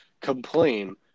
complain